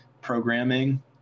programming